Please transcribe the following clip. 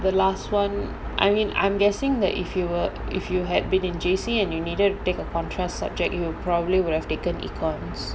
the last [one] I mean I'm guessing that if you were if you had been in J_C and you needed to take a contrast subject you would probably would have taken econs